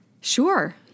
sure